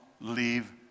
leave